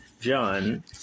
John